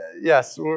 Yes